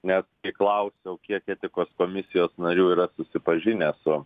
nes kai klausiau kiek etikos komisijos narių yra susipažinę su